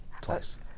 Twice